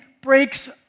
breaks